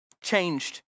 changed